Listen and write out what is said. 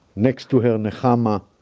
next to her nechama.